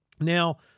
Now